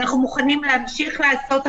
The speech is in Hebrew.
אנחנו מוכנים להמשיך לעשות הכשרות.